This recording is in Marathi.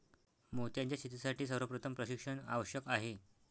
मोत्यांच्या शेतीसाठी सर्वप्रथम प्रशिक्षण आवश्यक आहे